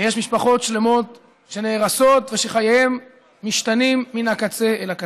ויש משפחות שלמות שנהרסות ושחייהם משתנים מן הקצה אל הקצה.